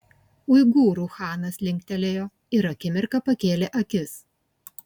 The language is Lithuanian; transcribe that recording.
uigūrų chanas linktelėjo ir akimirką pakėlė akis